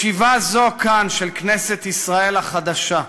ישיבה זו כאן, של כנסת ישראל החדשה,